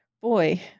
boy